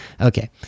Okay